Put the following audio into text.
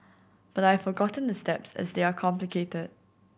but I've forgotten the steps as they are complicated